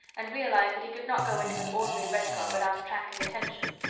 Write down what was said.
and realized that he could not go into an ordinary restaurant without attracting attention.